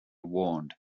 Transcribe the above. warned